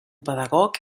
pedagog